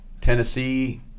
Tennessee